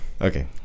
Okay